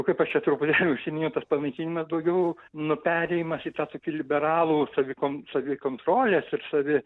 kaip aš čia truputį užsiminiau tas panaikinimas daugiau nu perėjimas į tą tokį liberalų savi savikontrolės ir savi